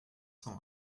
cent